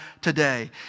today